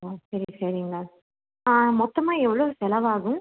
ஓ சரி சரிங்க மொத்தமாக எவ்வளோ செலவாகும்